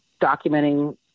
documenting